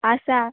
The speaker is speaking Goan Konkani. आसा